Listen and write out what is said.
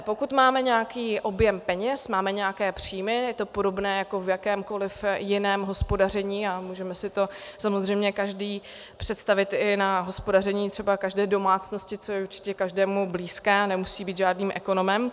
Pokud máme nějaký objem peněz, máme nějaké příjmy, je to podobné jako v jakémkoliv jiném hospodaření a můžeme si to samozřejmě každý představit i na hospodaření třeba každé domácnosti, co je určitě každému blízké, a nemusí být žádným ekonomem.